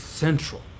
central